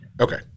Okay